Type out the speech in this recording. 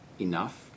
enough